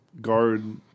guard